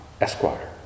Esquire